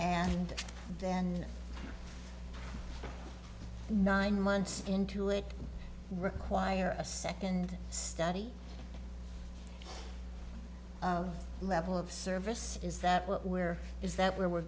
and then nine months into it require a second study level of service is that where is that where we're